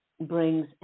brings